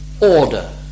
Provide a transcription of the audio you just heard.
order